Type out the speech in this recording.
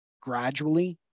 gradually